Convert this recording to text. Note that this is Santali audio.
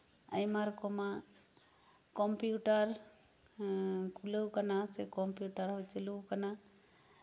ᱟᱭᱢᱟ ᱨᱚᱠᱚᱢᱟᱜ ᱠᱚᱢᱯᱤᱭᱩᱴᱟᱨ ᱦᱚᱸ ᱪᱟᱞᱩᱣᱟᱠᱟᱱᱟ ᱥᱮ ᱠᱚᱢᱯᱤᱭᱩᱴᱟᱨ ᱦᱚᱸ ᱪᱟᱞᱩᱣᱟᱠᱟᱱ